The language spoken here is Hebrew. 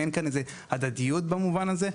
אין כאן הדדיות במובן הזה.